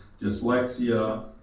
dyslexia